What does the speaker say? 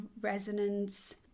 resonance